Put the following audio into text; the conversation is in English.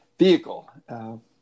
vehicle